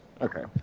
Okay